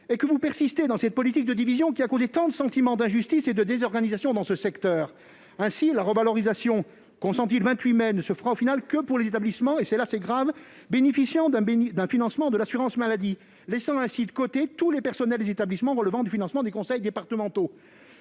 est que vous persistez dans cette politique de division, qui a causé tant de sentiments d'injustice et de désorganisation dans ce secteur. Ainsi, la revalorisation consentie le 28 mai ne se fera en définitive que pour les établissements bénéficiant d'un financement de l'assurance maladie- c'est grave ! Sont donc laissés de côté tous les personnels des établissements relevant du financement des conseils départementaux.